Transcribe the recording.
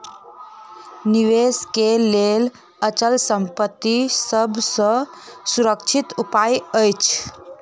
निवेश के लेल अचल संपत्ति सभ सॅ सुरक्षित उपाय अछि